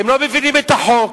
הם לא מבינים את החוק,